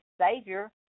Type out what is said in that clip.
Savior